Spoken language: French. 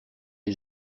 est